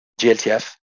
GLTF